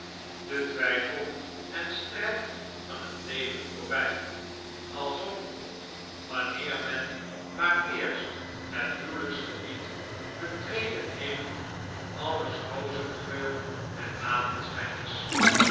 de twijfel en strijd van het leven voorbij alsof wanneer men maar eerst het huwelijksgebied betreden heeft alles rozengeur en maneschijn is